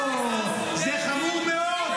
אוה, יש פה נושא חשוב.